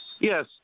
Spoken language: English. Yes